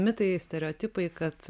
mitai stereotipai kad